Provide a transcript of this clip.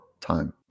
time